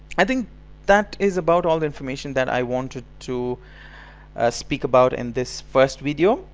i think that is about all the information that i wanted to speak about in this first video.